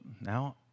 now